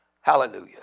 Hallelujah